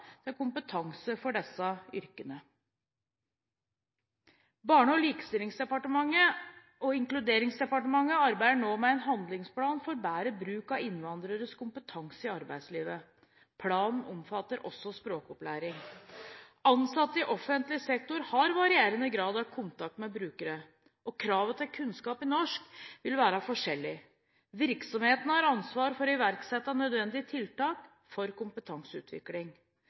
til kompetanse for disse yrkene. Barne-, likestillings- og inkluderingsdepartementet arbeider nå med en handlingsplan for bedre bruk av innvandreres kompetanse i arbeidslivet. Planen omfatter også språkopplæring. Ansatte i offentlig sektor har varierende grad av kontakt med brukere, og kravet til kunnskaper i norsk vil være forskjellig. Virksomhetene har ansvar for å iverksette nødvendige tiltak for kompetanseutvikling,